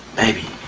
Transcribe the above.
baby,